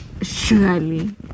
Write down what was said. Surely